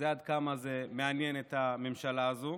עד כדי כך זה מעניין את הממשלה הזו.